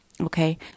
Okay